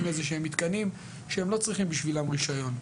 איזה שהם מתקנים שהם לא צריכים בשבילם רישיון,